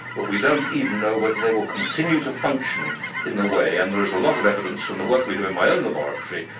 but we don't even know whether they will continue to function in the way. and there is a lot of evidence from the work we do in my own laboratory,